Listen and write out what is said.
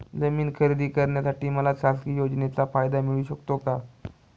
जमीन खरेदी करण्यासाठी मला शासकीय योजनेचा फायदा मिळू शकतो का?